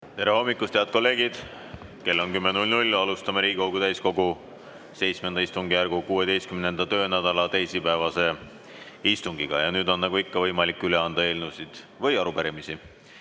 Tere hommikust, head kolleegid! Kell on 10, alustame Riigikogu täiskogu VII istungjärgu 16. töönädala teisipäevast istungit. Nüüd on nagu ikka võimalik üle anda eelnõusid või arupärimisi.